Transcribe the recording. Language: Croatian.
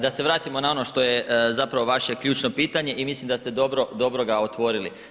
Da se vratimo na ono što je zapravo vaše ključno pitanje i mislim da ste dobro, dobro ga otvorili.